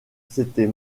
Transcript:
s’était